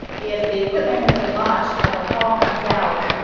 if the equipment has been launched when the call comes out,